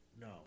No